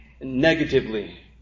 negatively